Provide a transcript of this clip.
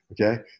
okay